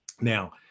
Now